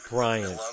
Brian